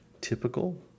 typical